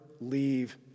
leave